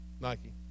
Nike